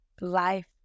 Life